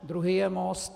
Druhý je Most.